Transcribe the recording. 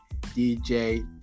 DJ